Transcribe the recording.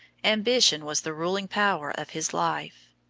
ambition was the ruling power of his life.